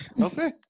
Okay